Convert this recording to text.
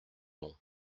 long